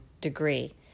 degree